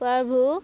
କର୍ଭୁ